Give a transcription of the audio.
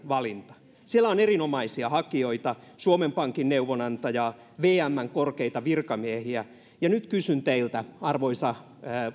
valinta siellä on erinomaisia hakijoita suomen pankin neuvonantajaa vmn korkeita virkamiehiä nyt kysyn teiltä arvoisa